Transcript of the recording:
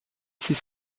six